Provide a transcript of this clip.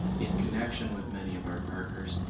in connection with many of our partners,